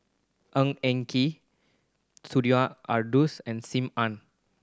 Ng Eng Kee Sumida and Sim Ann